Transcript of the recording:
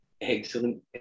Excellent